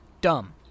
dumb